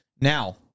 Now